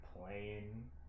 playing